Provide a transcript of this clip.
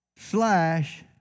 Slash